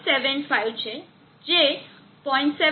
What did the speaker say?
75 છે જે 0